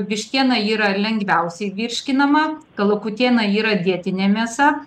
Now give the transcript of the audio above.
vištiena yra lengviausiai virškinama kalakutiena yra dietinė mėsa